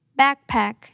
Backpack